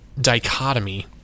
dichotomy